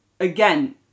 Again